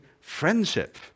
friendship